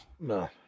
No